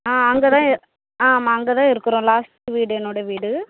ஆ அங்கே தான் எ ஆமாம் அங்கேதான் இருக்கிறோம் லாஸ்ட்டு வீடு என்னோடய வீடு